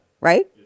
right